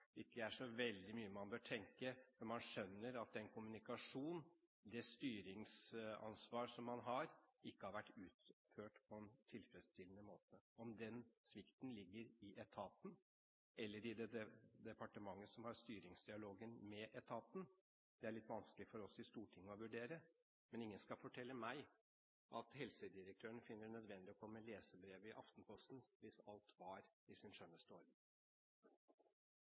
ikke er så veldig mye man bør tenke, men man skjønner at den kommunikasjonen, det styringsansvaret som man har, ikke har vært utført på en tilfredsstillende måte. Om den svikten ligger i etaten eller i departementet som har styringsdialogen med etaten, er litt vanskelig for oss i Stortinget å vurdere, men ingen skal fortelle meg at helsedirektøren fant det nødvendig å komme med leserbrev i Aftenposten hvis alt var i sin skjønneste